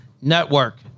network